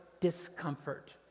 discomfort